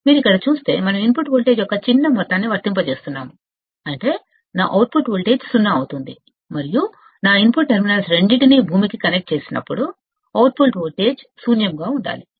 మీరు ఇక్కడ చూస్తే మనం ఇన్పుట్ వోల్టేజ్ యొక్క చిన్న మొత్తాన్ని వర్తింపజేస్తున్నాము అంటే నా అవుట్పుట్ వోల్టేజ్ సున్నా అవుతుంది మరియు నా ఇన్పుట్ టెర్మినల్స్ రెండింటినీ గ్రౌండ్ కి కనెక్ట్ చేసినప్పుడు అవుట్పుట్ వోల్టేజ్ శూన్యం అవ్వాలి